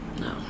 no